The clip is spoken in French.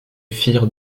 firent